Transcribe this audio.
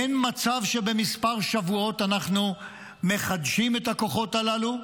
אין מצב שבכמה שבועות אנחנו מחדשים את הכוחות הללו.